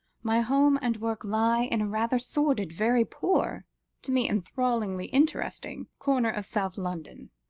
my home and work lie in a rather sordid, very poor to me, enthrallingly interesting corner of south london.